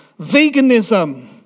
veganism